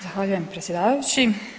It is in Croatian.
Zahvaljujem predsjedavajući.